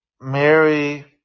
Mary